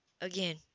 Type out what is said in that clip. again